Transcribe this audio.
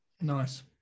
Nice